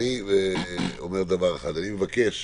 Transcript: אני מבקש